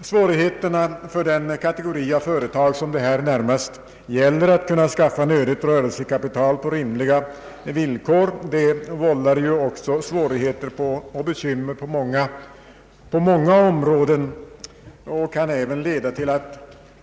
Svårigheterna för den kategori av företag, som det här närmast gäller, att skaffa nödiga rörelsekapital på rimliga villkor vållar besvärligheter och bekymmer på många områden och kan även leda till att